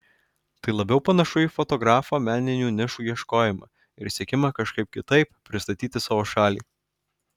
tai labiau panašu į fotografo meninių nišų ieškojimą ir siekimą kažkaip kitaip pristatyti savo šalį